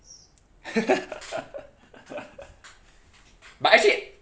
but actually